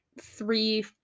three